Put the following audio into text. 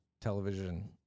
television